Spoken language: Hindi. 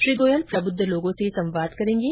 श्री गोयल प्रबुद्ध लोगो से संवाद करेंगे